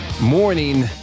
Morning